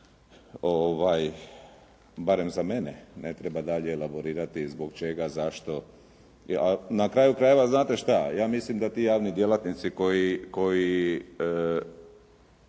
barem za mene ne treba dalje elaborirati zbog čega, zašto. A na kraju krajeva znate šta. Ja mislim da ti javni djelatnici koji